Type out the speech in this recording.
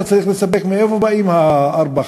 אתה צריך לספר מאיפה באים ה-4,